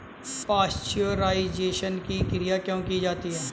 Pasteurisation की क्रिया क्यों की जाती है?